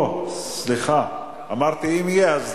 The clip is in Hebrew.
סליחה, אמרתי שאם יהיה.